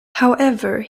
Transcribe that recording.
however